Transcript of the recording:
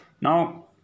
Now